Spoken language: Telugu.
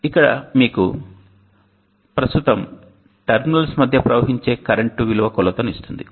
ఇక్కడ మీకు ప్రస్తుతం టెర్మినల్స్ మధ్య ప్రవహించే కరెంటు విలువ కొలతను ఇస్తుంది